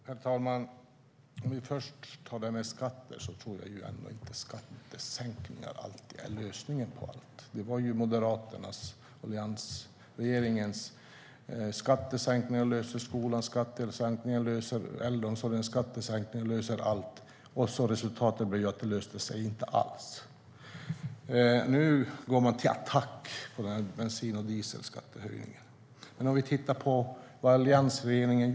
Herr talman! För att först ta det här med skatter tror jag inte att skattesänkningar alltid är lösningen på allt. Det gjorde Moderaterna och alliansregeringen. Skattesänkningar löser skolan. Skattesänkningar löser äldreomsorgen. Skattesänkningar löser allt. Resultatet blev ju att det inte löste sig alls. Nu går man till attack mot bensin och dieselskattehöjningen. Men vad gjorde alliansregeringen?